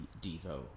Devo